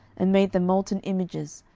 and made them molten images,